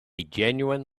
genuine